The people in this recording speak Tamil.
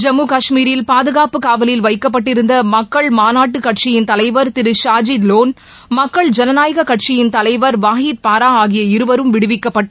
ஜம்மு காஷ்மீரில் பாதுகாப்பு காவலில் வைக்கப்பட்டிருந்த மக்கள் மாநாட்டு கட்சியின் தலைவர் திரு ஷாஜித் லோன் மக்கள் ஜனநாயக கட்சியின் தலைவர் வாஹித் பாரா ஆகிய இருவரும் விடுவிக்கப்பட்டு